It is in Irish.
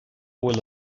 bhfuil